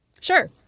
Sure